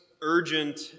urgent